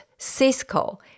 Cisco